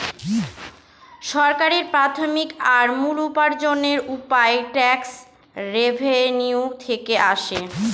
সরকারের প্রাথমিক আর মূল উপার্জনের উপায় ট্যাক্স রেভেনিউ থেকে আসে